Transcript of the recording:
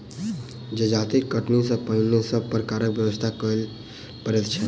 जजाति कटनी सॅ पहिने सभ प्रकारक व्यवस्था करय पड़ैत छै